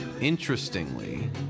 interestingly